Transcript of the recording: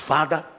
Father